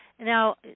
Now